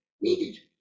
needed